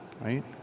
right